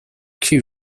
cue